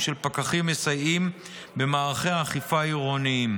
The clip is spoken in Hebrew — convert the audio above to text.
של פקחים מסייעים במערכי האכיפה העירוניים.